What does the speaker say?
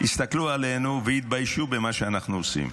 יסתכלו עלינו ויתביישו במה שאנחנו עושים.